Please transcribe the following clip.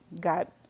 got